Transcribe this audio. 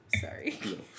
Sorry